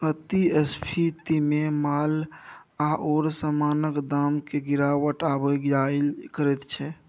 अति स्फीतीमे माल आओर समानक दाममे गिरावट आबि जाएल करैत छै